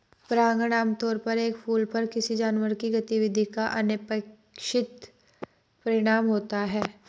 परागण आमतौर पर एक फूल पर किसी जानवर की गतिविधि का अनपेक्षित परिणाम होता है